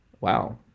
wow